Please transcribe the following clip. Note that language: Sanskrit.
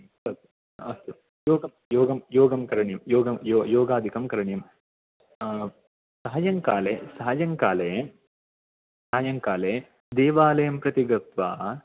अस्तु अस्तु योग योगं योगं करणीयं योगं यो योगादिकं करणीयं सायङ्काले सायङ्काले सायङ्काले देवालयं प्रति गत्वा